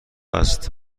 است